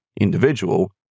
individual